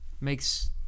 makes